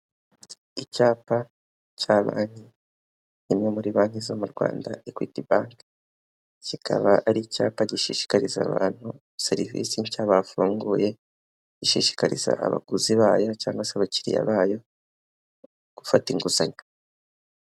Icyapa cya banki, imwe muri banki zo mu Rwanda Ekwiti banki, kikaba ari icyapa gishishikariza abantu serivisi nshya bafunguye, gishishikariza abaguzi bayo cyangwa se abakiriya bayo gufata inguzanyo.